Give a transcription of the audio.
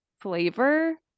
flavor